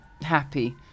happy